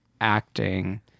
Acting